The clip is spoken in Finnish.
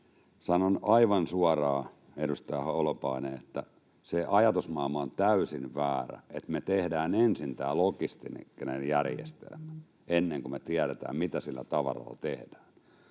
sanon aivan suoraan, edustaja Holopainen — että se ajatusmaailma on täysin väärä, että me tehdään ensin tämä logistinen järjestelmä, ennen kuin me tiedetään, mitä sillä tavaralla tehdään.